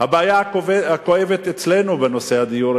הבעיה הכואבת אצלנו בנושא הדיור,